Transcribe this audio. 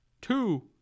Two